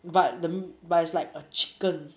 but the m~ but it's like a chicken